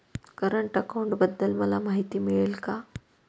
Current अकाउंटबद्दल मला माहिती मिळेल का?